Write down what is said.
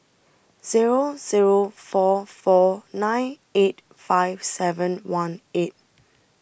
Zero Zero four four nine eight five seven one eight